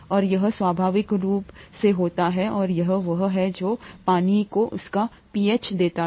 और यह स्वाभाविक रूप से होता है और यही वह है जो पानी को उसका पीएच देता है